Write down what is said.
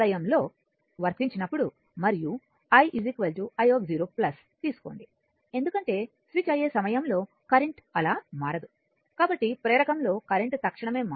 ఆ వలయం లో వర్తించినప్పుడు మరియు I i0 తీసుకోండి ఎందుకంటే స్విచ్ అయ్యే సమయంలో కరెంట్ అలా మారదు కాబట్టి ప్రేరకం లో కరెంట్ తక్షణమే